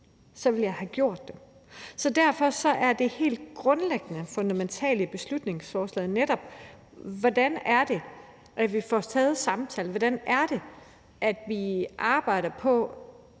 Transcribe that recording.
Derfor er det helt grundlæggende og fundamentale i beslutningsforslaget netop, hvordan vi får taget samtalen; hvordan vi som samfund arbejder i